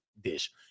dish